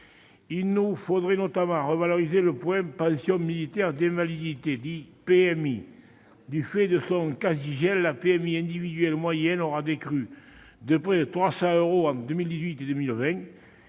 Il nous faudrait notamment revaloriser le point d'indice de la pension militaire d'invalidité. Du fait de son quasi-gel, la PMI individuelle moyenne aura décru de près de 300 euros entre 2018 et 2020.